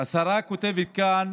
השרה כותבת כאן